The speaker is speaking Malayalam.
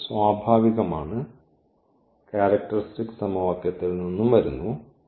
അത് സ്വാഭാവികമാണ് ക്യാരക്ടറിസ്റ്റിക് സമവാക്യത്തിൽ നിന്നും വരുന്നു